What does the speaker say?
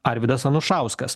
arvydas anušauskas